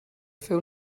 fer